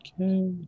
Okay